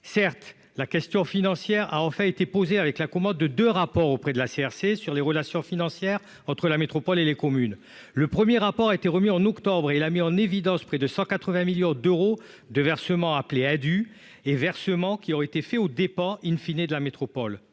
Certes, la question financière a en fait été posée avec la commode de de rapport auprès de la CRC sur les relations financières entre la métropole et les communes le 1er rapport a été remis en octobre, il a mis en évidence. Près de 180 millions d'euros de versements appelé du et versement qui aurait été fait aux dépens in fine et de la métropole.